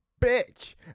bitch